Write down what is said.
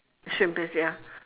shrimp paste ya